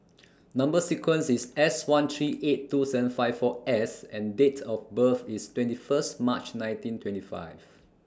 Number sequence IS S one three eight two seven five four S and Date of birth IS twenty First March nineteen twenty five